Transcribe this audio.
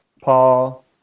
Paul